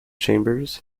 chambers